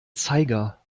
zeiger